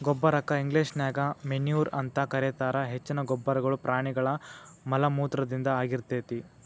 ಗೊಬ್ಬರಕ್ಕ ಇಂಗ್ಲೇಷನ್ಯಾಗ ಮೆನ್ಯೂರ್ ಅಂತ ಕರೇತಾರ, ಹೆಚ್ಚಿನ ಗೊಬ್ಬರಗಳು ಪ್ರಾಣಿಗಳ ಮಲಮೂತ್ರದಿಂದ ಆಗಿರ್ತೇತಿ